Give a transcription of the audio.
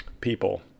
people